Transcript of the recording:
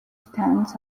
stands